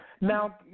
Now